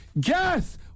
guess